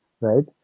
right